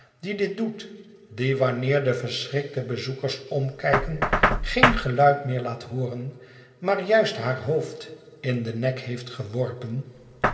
die dit doet die wanneer de verschrikte bezoekers omkijken geen geluid meer laat hooren maar juist haar hoofd in den nek heeft geworpen